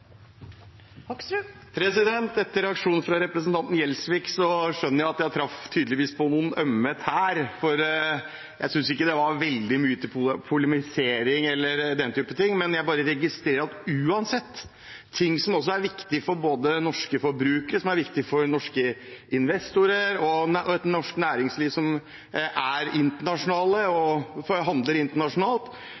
han refererte. Etter reaksjonen fra representanten Gjelsvik skjønner jeg at jeg tydeligvis tråkket på noen ømme tær. Jeg synes ikke det var veldig mye polemisering eller den typen ting, men jeg bare registrerer at uansett – også i ting som er viktig for norske forbrukere, for norske investorer og for et norsk næringsliv som er internasjonalt og